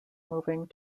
moving